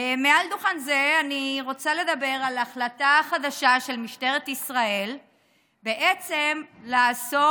מעל דוכן זה אני רוצה לדבר על החלטה חדשה של משטרת ישראל בעצם לאסור